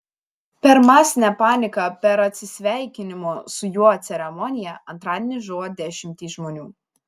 per masinę paniką per atsisveikinimo su juo ceremoniją antradienį žuvo dešimtys žmonių